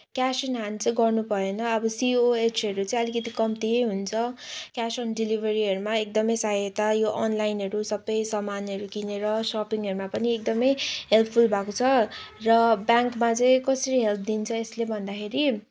cash in hand चाहिँ गर्नुभएन अब सिओएचहरू चाहिँ अलिकति कम्ती नै हुन्छ क्यास अन डेलिभरीहरूमा एकदमै सहायता यो ओनलाइनहरू सबै सामानहरू किनेर सपिङहरूमा पनि एकदमै हेल्पफुल भएको छ र ब्याङ्कमा चाहिँ कसरी हेल्प दिन्छ यसले भन्दाखेरि